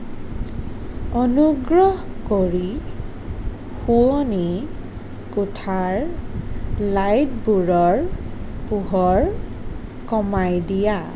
অনুগ্ৰহ কৰি শোৱনি কোঠাৰ লাইটবোৰৰ পোহৰ কমাই দিয়া